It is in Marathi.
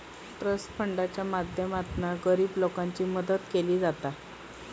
ट्रस्ट फंडाच्या माध्यमातना गरीब लोकांची मदत केली जाता